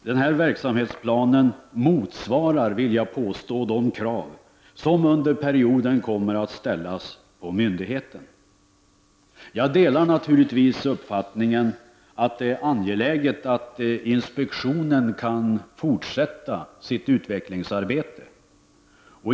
Denna verksamhetsplan motsvarar de krav som under perioden kommer att ställas på myndigheten. Jag delar naturligtvis uppfattningen att det är angeläget att inspektionen kan fortsätta sitt utvecklingsarbete.